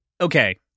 okay